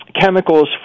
chemicals